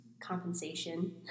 compensation